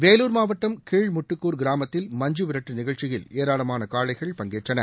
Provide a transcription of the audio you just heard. வேலூர் மாவட்டம் கீழ்முட்டுக்கூர் கிராமத்தில் மஞ்சுவிரட்டு நிகழ்ச்சியில் ஏராளமான காளைகள் பங்கேற்றன